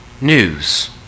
news